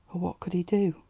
what could he do?